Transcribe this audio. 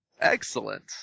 Excellent